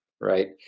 Right